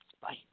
Bye